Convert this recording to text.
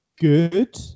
good